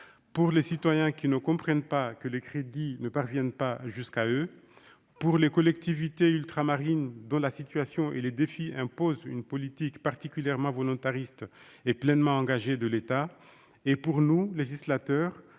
pour les citoyens, qui ne comprennent pas que les crédits ne parviennent pas jusqu'à eux ; ni pour les collectivités ultramarines- leur situation et les défis auxquels elles font face imposent une politique particulièrement volontariste et pleinement engagée de l'État ; ni pour nous, législateurs,